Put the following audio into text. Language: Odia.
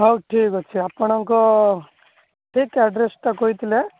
ହଉ ଠିକ୍ ଅଛି ଆପଣଙ୍କ ଠିକ୍ ଆଡ୍ରେସ୍ ଟା କହିଥିଲେ